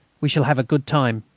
we shall have a good time.